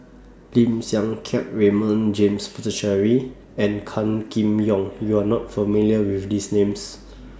Lim Siang Keat Raymond James Puthucheary and Gan Kim Yong YOU Are not familiar with These Names